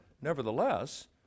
Nevertheless